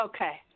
Okay